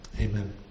Amen